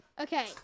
Okay